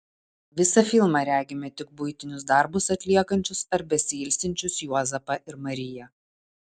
visą filmą regime tik buitinius darbus atliekančius ar besiilsinčius juozapą ir mariją